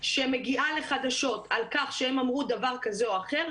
שמגיעה לחדשות על כך שהם אמרו דבר כזה או אחר,